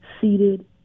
seated